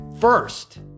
first